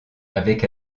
avec